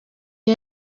iyo